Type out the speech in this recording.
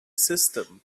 system